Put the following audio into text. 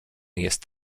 jest